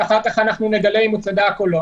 ואחר כך אנחנו נגלה אם הוא צדק או לא.